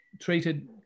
treated